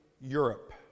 Europe